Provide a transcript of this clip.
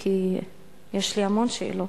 כי יש לי המון שאלות.